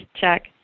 Check